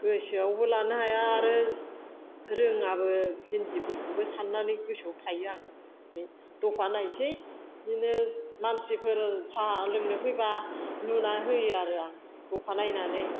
गोसोआवबो लानो हाया आरो रोङाबो हिन्दिफोरखौबो साननानै गोसोआव थायो आं ओरैनो दफा नायनसै बिदिनो मानसिफोर साहा लोंनो फैबा लुनानै होयो आरो आं दफा नायनानै